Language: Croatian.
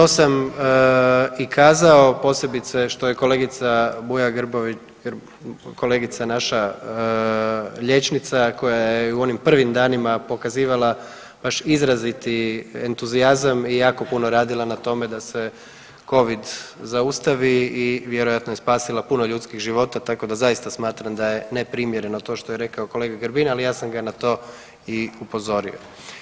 Je, to sam i kazao, posebice što je kolegica Buja .../nerazumljivo/... kolegica naša liječnica koja je u onim prvim danima pokazivala baš izraziti entuzijazam i jako puno radila na tome da Covid zaustavi i vjerojatno je spasila puno ljudskih život, tako da zaista smatram da je neprimjereno to što je rekao kolega Grbin, ali ja sam ga na to i upozorio.